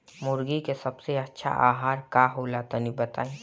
मुर्गी के सबसे अच्छा आहार का होला तनी बताई?